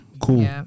Cool